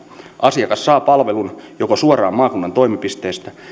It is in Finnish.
asiakas saa palvelun joko suoraan maakunnan toimipisteestä